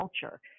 culture